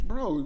Bro